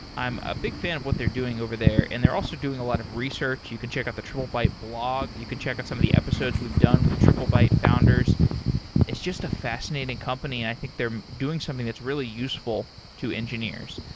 i'm a big fan of what they're doing over there and they're also doing a lot of research. you can check out the triplebyte blog. you can check out some of the episodes we've done with triplebyte founders it's just a fascinating company and i think they're doing something that's really useful to engineers.